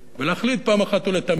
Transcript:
ולהחליט פעם אחת ולתמיד,